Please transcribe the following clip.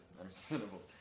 Understandable